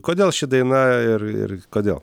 kodėl ši daina ir ir kodėl